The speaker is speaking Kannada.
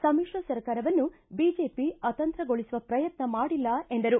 ಸಮಿತ್ರ ಸರ್ಕಾರವನ್ನು ಬಿಜೆಪಿ ಅತಂತ್ರಗೊಳಿಸುವ ಪ್ರಯತ್ನ ಮಾಡಿಲ್ಲ ಎಂದರು